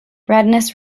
redness